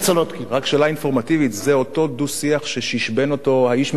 רק שאלה אינפורמטיבית: זה אותו דו-שיח ש"שִשבֵּן" אותו האיש מנהריים,